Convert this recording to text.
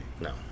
No